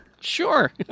Sure